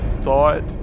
thought